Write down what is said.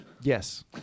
Yes